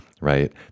right